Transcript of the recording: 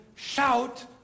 Shout